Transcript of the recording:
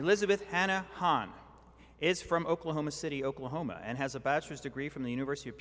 elizabeth hannah hahn is from oklahoma city oklahoma and has a bachelor's degree from the university of